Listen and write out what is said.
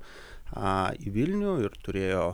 į vilnių ir turėjo